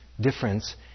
difference